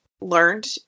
learned